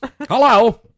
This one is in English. Hello